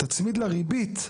תצמיד לה ריבית,